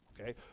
Okay